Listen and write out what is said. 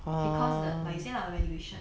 because the like you say lah valuation